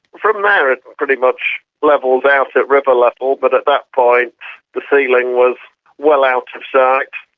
from there it pretty much levels out at river level, but at that point the ceiling was well out of sight.